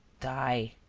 die!